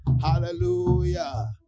Hallelujah